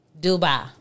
Dubai